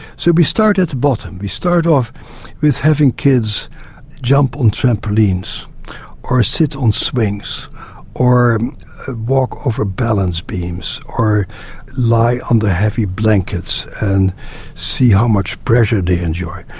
so we start at the bottom. we start off with having kids jump on trampolines or ah sit on swings or walk over balance beams or lie under heavy blankets and see how much pressure they endure.